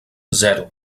zero